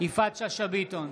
יפעת שאשא ביטון,